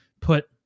put